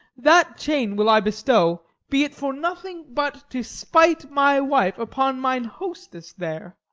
that chain will i bestow be it for nothing but to spite my wife upon mine hostess there